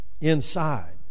inside